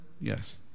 Yes